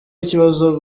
ikibazo